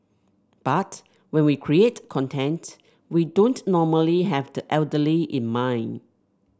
but when we create content we don't normally have the elderly in mind